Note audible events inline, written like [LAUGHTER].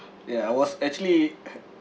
ya I was actually [COUGHS]